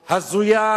הזוי,